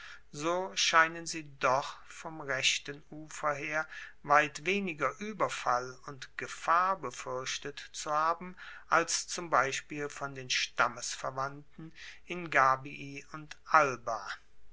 so scheinen sie doch vom rechten ufer her weit weniger ueberfall und gefahr befuerchtet zu haben als zum beispiel von den stammesverwandten in gabii und alba